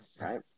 right